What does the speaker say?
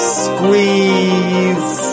squeeze